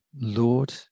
Lord